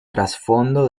trasfondo